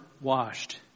washed